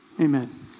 amen